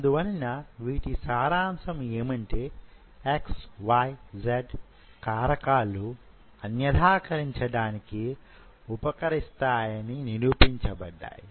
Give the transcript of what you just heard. అందువలన వీటి సారాంశం యేమంటే XYZ కారకాలు అన్యధాకరించడానికి ఉపకరిస్తాయని నిరుపించబడ్డాయి